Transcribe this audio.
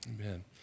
Amen